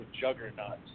juggernaut